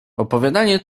opowiadanie